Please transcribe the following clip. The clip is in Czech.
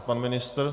Pan ministr?